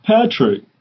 Patrick